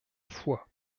foix